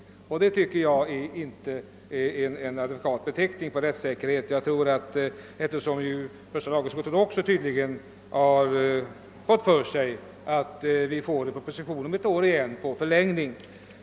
Det tycker jag inte är en adekvat beteckning på rättssäkerhet. Tydligen har första lagutskottet fått klart för sig att vi om ett år får en proposition om förlängning.